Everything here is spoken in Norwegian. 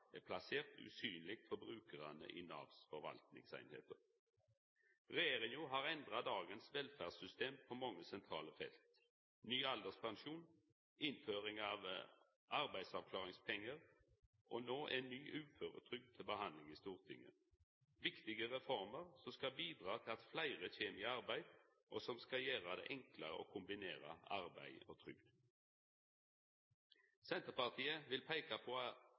er plasserte usynlege for brukarane i Navs forvaltningseiningar. Regjeringa har endra dagens velferdssystem på mange sentrale felt: Ny alderspensjon og innføring av arbeidsavklaringspengar, og no er ny uføretrygd til behandling i Stortinget – viktige reformer som skal bidra til at fleire kjem i arbeid, og som skal gjera det enklare å kombinera arbeid og trygd. Senterpartiet vil peika på